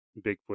Bigfoot